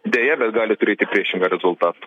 deja bet gali turėti priešingą rezultatą